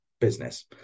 business